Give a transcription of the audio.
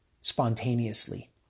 spontaneously